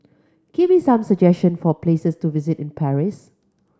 give me some suggestion for places to visit in Paris